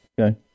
Okay